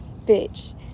bitch